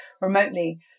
remotely